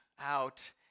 out